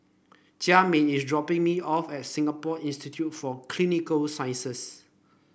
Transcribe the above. Jamin is dropping me off at Singapore Institute for Clinical Sciences